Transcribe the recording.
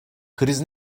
kriz